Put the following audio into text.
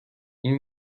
این